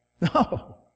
No